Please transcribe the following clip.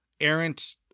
errant